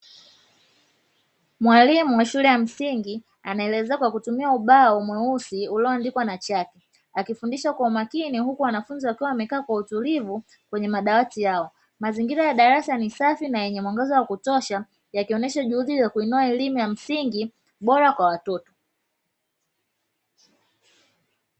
Mwalimu wa shule ya msingi